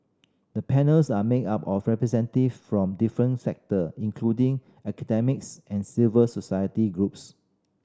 the panels are made up of representative from different sector including academics and civic society groups